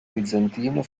bizantino